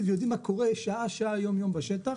ויודעים מה קורה שעה-שעה ויום-יום בשטח.